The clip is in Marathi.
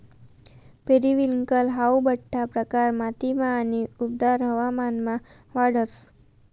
पेरिविंकल हाऊ बठ्ठा प्रकार मातीमा आणि उबदार हवामानमा वाढस